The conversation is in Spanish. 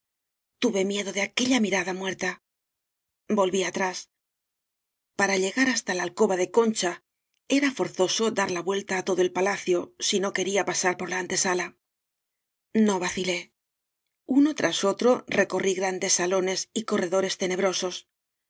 mie do de aquella mirada muerta volví atrás para llegar hasta la alcoba de concha era forzoso dar vuelta á todo el palacio si no quería pasar por la antesala no vacilé uno tras otro recorrí grandes salones y corredo res tenebrosos